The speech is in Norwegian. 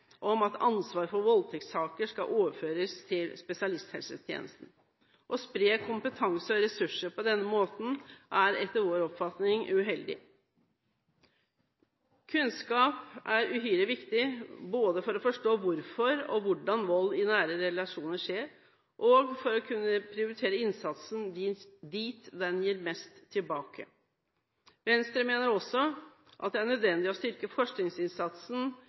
om at ansvaret for voldtektssaker skal overføres til spesialisthelsetjenesten. Å spre kompetanse og ressurser på den måten er etter vår oppfatning uheldig. Kunnskap er uhyre viktig både for å forstå hvorfor og hvordan vold i nære relasjoner skjer og for å kunne prioritere innsatsen der den gir mest tilbake. Venstre mener også at det er nødvendig å styrke forskningsinnsatsen